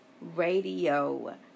radio